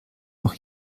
noch